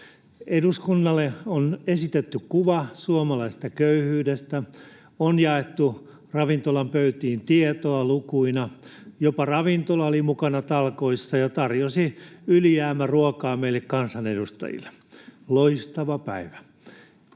Eduskunnalle on esitetty kuva suomalaisesta köyhyydestä, on jaettu ravintolan pöytiin tietoa lukuina, jopa ravintola oli mukana talkoissa ja tarjosi ylijäämäruokaa meille kansanedustajille — loistava päivä.